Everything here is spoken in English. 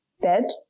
bed